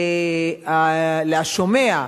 ולשומע,